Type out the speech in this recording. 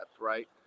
right